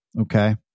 okay